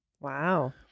Wow